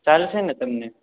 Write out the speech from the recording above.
ચાલશે ને તમને